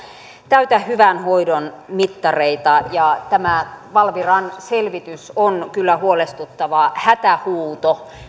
täytä hyvän hoidon mittareita tämä valviran selvitys on kyllä huolestuttava hätähuuto